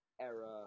era